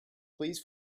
please